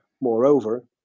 Moreover